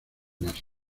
más